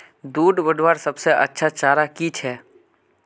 दूध बढ़वार सबसे अच्छा चारा की छे?